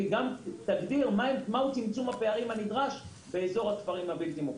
וגם תגדיר מהו צמצום הפערים הנדרש באזור הכפרים הבלתי מוכרים.